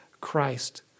Christ